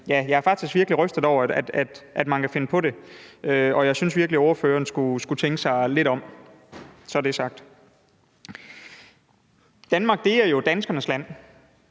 jeg er faktisk rystet over, at man kan finde på det. Og jeg synes virkelig, at ordføreren skulle tænke sig lidt om. Så er det sagt. Danmark er jo danskernes land,